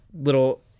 little